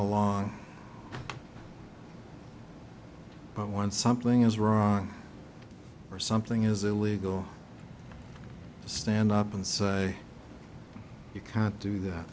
along but when something is wrong or something is illegal to stand up and say you can't do that